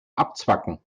abzwacken